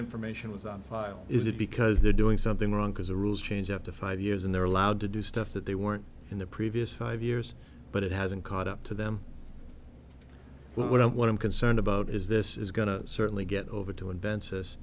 information was on file is it because they're doing something wrong because the rules change after five years and they're allowed to do stuff that they weren't in the previous five years but it hasn't caught up to them what i what i'm concerned about is this is going to certainly get over